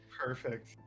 perfect